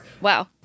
Wow